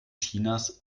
chinas